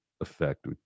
effect